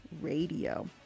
Radio